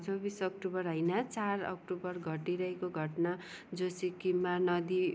चौबिस अक्टोबर होइन चार अक्टोबर घटिरहेको घटना जो सिक्किममा नदी